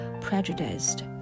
prejudiced